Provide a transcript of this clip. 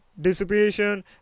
dissipation